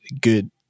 good